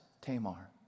Tamar